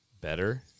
better